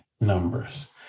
numbers